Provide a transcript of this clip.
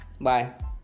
bye